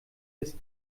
ist